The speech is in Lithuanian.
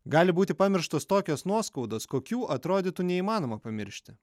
gali būti pamirštos tokios nuoskaudos kokių atrodytų neįmanoma pamiršti